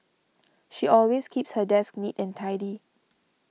she always keeps her desk neat and tidy